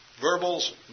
Verbal's